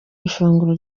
ifunguro